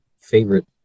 favorite